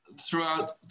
throughout